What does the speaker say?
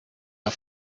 are